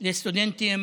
לסטודנטים